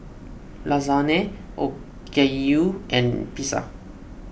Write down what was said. Lasagne Okayu and Pizza